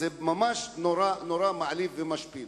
זה ממש נורא מעליב ומשפיל.